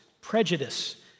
prejudice